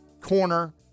corner